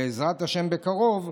בעזרת השם בקרוב,